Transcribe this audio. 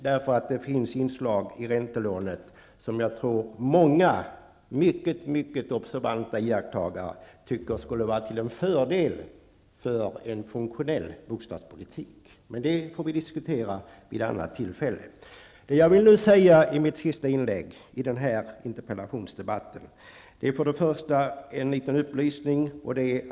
Det finns inslag i räntelånet som jag tror att många mycket observanta iakttagare tycker skulle vara till fördel för en funktionell bostadspolitik. Men det får vi diskutera vid annat tillfälle. Jag vill i detta mitt sista inlägg i denna interpellationsdebatt först lämna en liten upplysning.